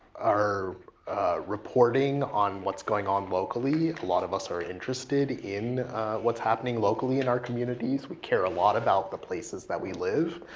our reporting on what's going on locally, a lot of us are interested in what's happening locally in our communities. we care a lot about that places that we live.